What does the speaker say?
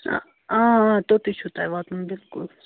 آ آ توٚتُے چھُو تۄہہِ واتُن بِلکُل